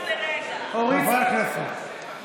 (קוראת בשמות חברי הכנסת)